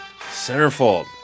Centerfold